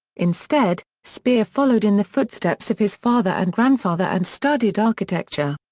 instead, speer followed in the footsteps of his father and grandfather and studied architecture.